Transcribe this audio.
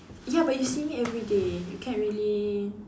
ya but you see me everyday you can't really